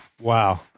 wow